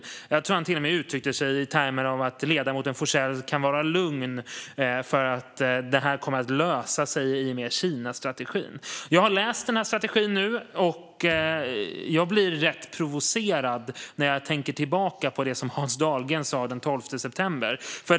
Jag tror att han till och med uttryckte sig i termer av att ledamoten Forsell kan vara lugn, för det här kommer att lösa sig i och med Kinastrategin. Jag har nu läst strategin. Jag blir rätt provocerad när jag tänker tillbaka på det Hans Dahlgren sa den 12 september.